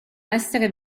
essere